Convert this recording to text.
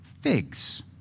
figs